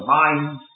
mind